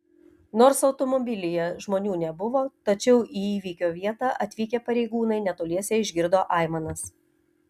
nors automobilyje žmonių nebuvo tačiau į įvykio vietą atvykę pareigūnai netoliese išgirdo aimanas